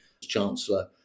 Chancellor